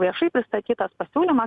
viešai pristatytas pasiūlymas